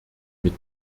mit